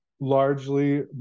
largely